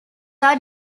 are